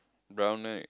brown right